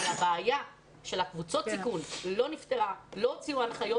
אבל הבעיה של קבוצות הסיכון לא נפתרה ולא הוציאו הנחיות.